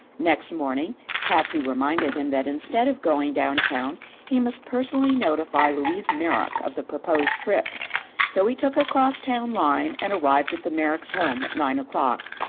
next morning patsy reminded him that instead of going down town he must personally notify louise merrick of the proposed trip so he took a cross-town line and arrived at the merrick's home at nine o'clock.